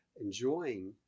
enjoying